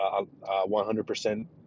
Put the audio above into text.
100%